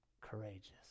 courageous